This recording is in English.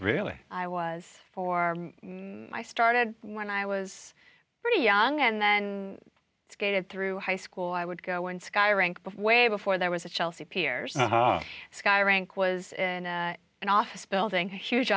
really i was four i started when i was pretty young and then skated through high school i would go on sky rank but way before there was a chelsea piers sky rank was in an office building huge